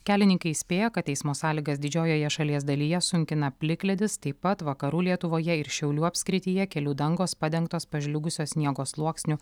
kelininkai įspėja kad eismo sąlygas didžiojoje šalies dalyje sunkina plikledis taip pat vakarų lietuvoje ir šiaulių apskrityje kelių dangos padengtos pažliugusio sniego sluoksniu